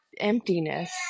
emptiness